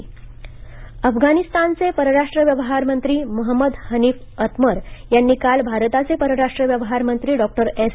अफगाण मंत्री अफगाणिस्तानचे परराष्ट्र व्यवहारमंत्री महंमद हनीफ अत्मर यांनी काल भारताचे परराष्ट्र व्यवहार मंत्री डॉक्टर एस